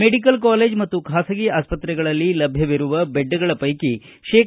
medical college ಮತ್ತು ಖಾಸಗಿ ಆಸ್ಪತ್ರೆಗಳಲ್ಲಿ ಲಭ್ಯವಿರುವ ಬೆಡ್ಗಳ ಪೈಕಿ ಶೇ